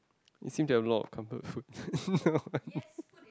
you seem to have a lot of comfort food